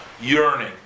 yearning